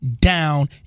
down